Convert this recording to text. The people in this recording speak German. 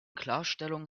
klarstellung